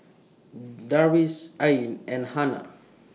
Darwish Ain and Hana